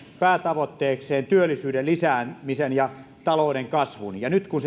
päätavoitteekseen työllisyyden lisäämisen ja talouden kasvun niin nyt kun